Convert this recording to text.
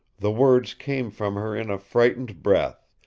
the words came from her in a frightened breath,